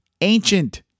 ancient